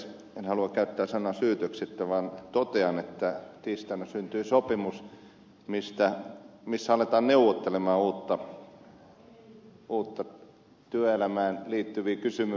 en halua käyttää sanaa syytöksittä vaan totean että tiistaina syntyi sopimus missä aletaan neuvotella uusista työelämään liittyvistä kysymyksistä